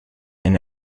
and